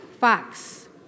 Fox